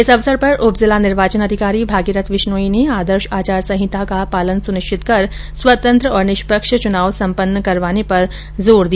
इस अवसर पर उप जिला निर्वाचन अधिकारी भागीरथ बिश्नोई ने आदर्श आचार संहिता का पालन सुनिश्चित कर स्वतंत्र और निष्पक्ष चुनाव संपन्न करवाने पर जोर दिया